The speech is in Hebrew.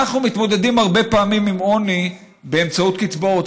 הרבה פעמים אנחנו מתמודדים עם עוני באמצעות קצבאות,